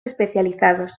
especializados